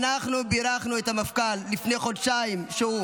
אנחנו בירכנו את המפכ"ל לפני חודשיים, כשהוא